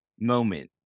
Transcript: moment